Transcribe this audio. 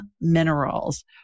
Minerals